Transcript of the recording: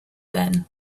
then